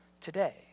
today